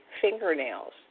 fingernails